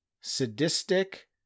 sadistic